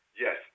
Yes